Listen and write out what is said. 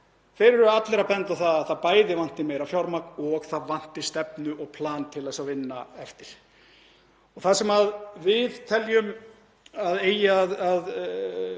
benda allir á að það bæði vanti meira fjármagn og það vanti stefnu og plan til að vinna eftir. Það sem við teljum að eigi að